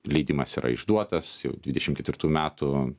leidimas yra išduotas jau dvidešimt ketvirtų metų